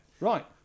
Right